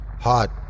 hot